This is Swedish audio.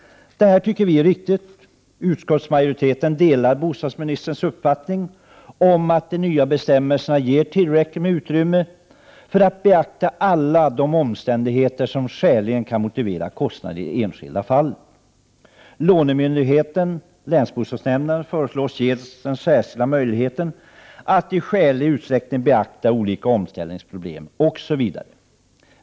Vi tycker att detta är riktigt. Utskottsmajoriteten delar bostadsministerns uppfattning att de nya bestämmelserna ger tillräckligt med utrymme för att beakta alla de omständigheter som skäligen kan motivera kostnaderna i det enskilda fallet. Lånemyndigheten, länsbostadsnämnden, föreslås få den särskilda möjligheten att i skälig utsträckning beakta olika omställningsproblem som kan uppkomma.